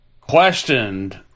questioned